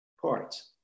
parts